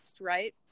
right